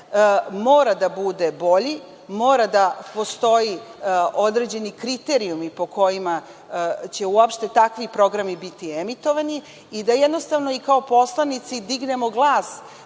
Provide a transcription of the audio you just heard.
mora da bude bolji, mora da postoje određeni kriterijumi po kojima će uopšte takvi programi biti emitovani i da jednostavno i kao poslanici dignemo glas